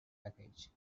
package